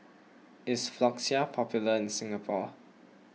is Floxia popular in Singapore